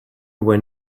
were